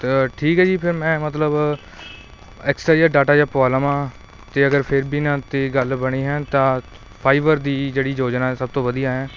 ਚਲੋ ਠੀਕ ਹੈ ਜੀ ਫਿਰ ਮੈਂ ਮਤਲਬ ਐਕਸਟਰਾ ਜਿਹੜਾ ਡਾਟਾ ਜਿਹਾ ਪਾ ਲਵਾਂ ਅਤੇ ਅਗਰ ਫਿਰ ਵੀ ਨਾ ਤਾਂ ਗੱਲ ਬਣੀ ਹੈ ਤਾਂ ਫਾਈਬਰ ਦੀ ਜਿਹੜੀ ਯੋਜਨਾ ਸਭ ਤੋਂ ਵਧੀਆ ਹੈ